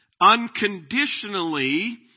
unconditionally